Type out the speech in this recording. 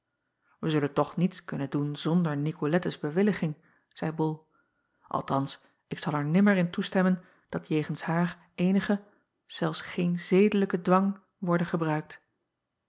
ij zullen toch niets kunnen doen zonder icolettes bewilliging zeî ol althans ik zal er nimmer in toestemmen dat jegens haar eenige zelfs geen zedelijke dwang worde gebruikt